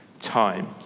time